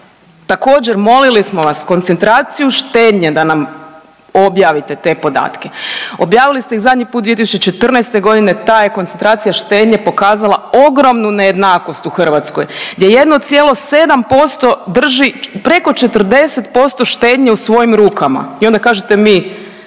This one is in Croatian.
Također molili smo vas koncentraciju štednje da nam objavite te podatke, objavili ste ih zadnji put 2014.g. ta je koncentracija štednje pokazala ogromnu nejednakost u Hrvatskoj gdje je 1,7% drži preko 40% štednje u svojim rukama i onda kažete mi